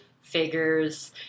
figures